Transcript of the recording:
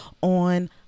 on